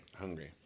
hungry